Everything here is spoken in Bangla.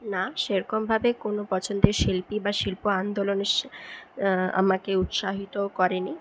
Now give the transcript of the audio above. না সেরকমভাবে কোনো পছন্দের শিল্পী বা শিল্প আন্দোলনে শ আমাকে উৎসাহিত করেনি